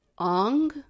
Ong